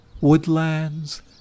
woodlands